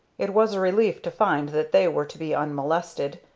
it was a relief to find that they were to be unmolested,